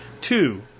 two